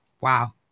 Wow